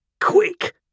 Quick